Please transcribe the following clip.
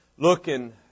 Looking